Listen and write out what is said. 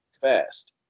fast